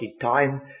time